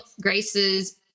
Grace's